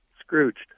Scrooged